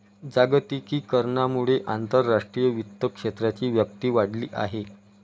जागतिकीकरणामुळे आंतरराष्ट्रीय वित्त क्षेत्राची व्याप्ती वाढली आहे